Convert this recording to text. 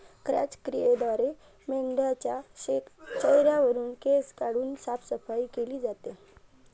क्रॅच क्रियेद्वारे मेंढाच्या चेहऱ्यावरुन केस काढून साफसफाई केली जाते